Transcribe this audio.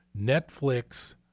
Netflix